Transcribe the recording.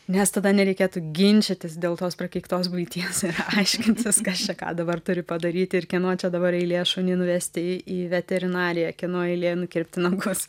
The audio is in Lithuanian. nes tada nereikėtų ginčytis dėl tos prakeiktos buities aiškintis kas čia ką dabar turi padaryti ir kieno čia dabar eilė šunį nuvesti į į veterinariją kieno eilė nukirpti nagus